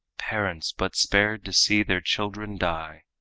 parents but spared to see their children die.